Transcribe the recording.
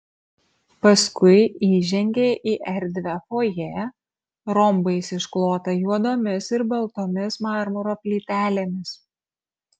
paskui įžengė į erdvią fojė rombais išklotą juodomis ir baltomis marmuro plytelėmis